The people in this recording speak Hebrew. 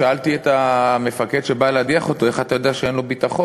שאלתי את המפקד שבא להדיח אותו: איך אתה יודע שאין לו ביטחון?